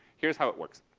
here's how it works.